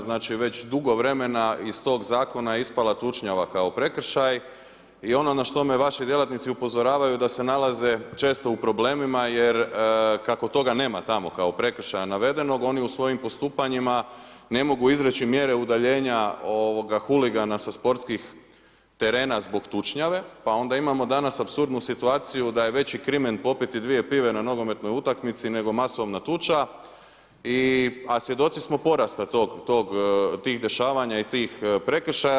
Znači, već dugo vremena iz tog Zakona je ispala tučnjava kao prekršaj i ono na što me vaši djelatnici upozoravaju da se nalaze često u problemima jer kako toga nema tamo kao prekršaja navedenog, oni u svojim postupanjima ne mogu izreći mjere udaljenja huligana sa sportskih terena zbog tučnjave, pa onda imamo danas apsurdnu situaciju da je veći krimen popiti dvije pive na nogometnoj utakmici nego masovna tuča, a svjedoci smo porasta tih dešavanja i tih prekršaja.